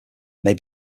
may